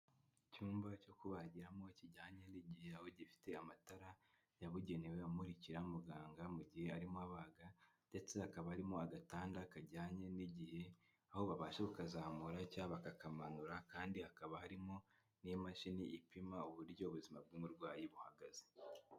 Icyumba cyo kubagiramo kijyanye n'igihe, aho gifite amatara yabugenewe amurikira muganga mu gihe arimo abaga ndetse hakaba harimo agatanda kajyanye n'igihe, aho babasha kukazamura cyangwa bakakamanura kandi hakaba harimo n'imashini ipima uburyo ubuzima bw'umurwayi buhagaze.